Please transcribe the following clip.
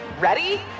Ready